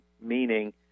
meaning